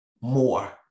more